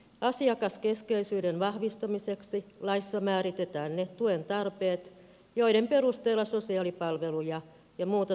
asiakaskeskeisyyden vahvistamiseksi laissa määritetään ne tuen tarpeet joiden perusteella sosiaalipalveluja ja muuta sosiaalihuoltoa järjestetään